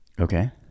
Okay